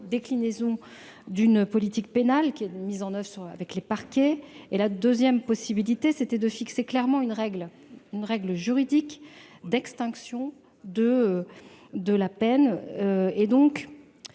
déclinaison d'une politique pénale mise en oeuvre avec les parquets et la seconde consistait à fixer clairement une règle juridique d'extinction de la peine.